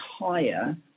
higher